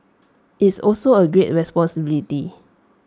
it's also A great responsibility